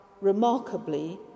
remarkably